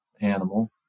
animal